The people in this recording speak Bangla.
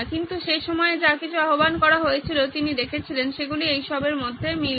কিন্তু সে সময়ে যা কিছু আহ্বান করা হয়েছিল তিনি দেখেছিলেন সেগুলি এই সবের মধ্যে মিল আছে